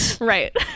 Right